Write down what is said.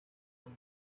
own